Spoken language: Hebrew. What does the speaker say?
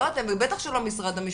לא אתם ובטח שלא משרד המשפטים,